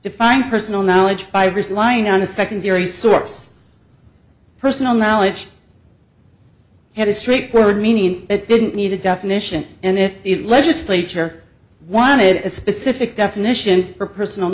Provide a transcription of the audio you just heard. defined personal knowledge five years lying on a secondary source personal knowledge had a straightforward meaning it didn't need a definition and if the legislature wanted a specific definition for personal